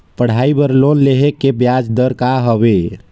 पढ़ाई बर लोन लेहे के ब्याज दर का हवे?